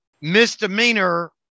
misdemeanor